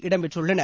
இடம்பெற்றுள்ளனர்